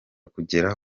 kugera